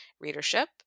readership